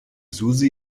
susi